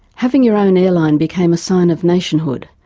having your own airline became a sign of nationhood,